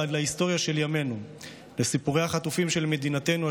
ועד ההיסטוריה של ימינו בסיפורי החטופים של מדינתנו,